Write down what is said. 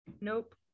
nope